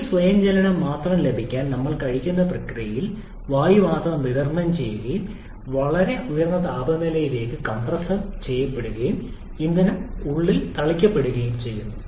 ഈ സ്വയം ജ്വലനം മാത്രം ലഭിക്കാൻ ഞങ്ങൾ കഴിക്കുന്ന പ്രക്രിയയിൽ വായു മാത്രം വിതരണം ചെയ്യുകയും ആ വായു വളരെ ഉയർന്ന താപനിലയിലേക്ക് കംപ്രസ് ചെയ്യുകയും തുടർന്ന് ഇന്ധനം ഉള്ളിൽ തളിക്കുകയും ചെയ്യുന്നു